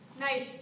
Nice